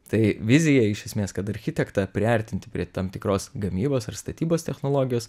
tai vizija iš esmės kad architektą priartinti prie tam tikros gamybos ar statybos technologijos